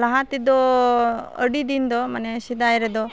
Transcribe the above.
ᱞᱟᱦᱟᱛᱮᱫᱚ ᱟᱹᱰᱤᱫᱤᱱᱫᱚ ᱢᱟᱱᱮ ᱥᱮᱫᱟᱭᱨᱮᱫᱚ